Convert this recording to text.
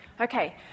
Okay